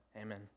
Amen